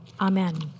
Amen